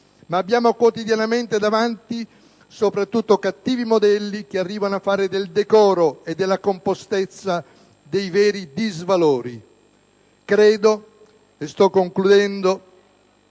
ma abbiamo quotidianamente davanti soprattutto cattivi modelli che arrivano a fare del decoro e della compostezza dei disvalori. Credo che in questa